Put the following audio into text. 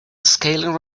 scaling